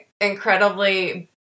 incredibly